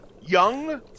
Young